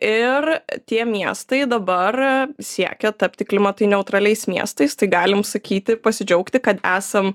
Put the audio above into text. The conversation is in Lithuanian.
ir tie miestai dabar siekia tapti klimatui neutraliais miestais tai galim sakyti pasidžiaugti kad esam